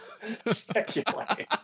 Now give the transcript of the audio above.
speculate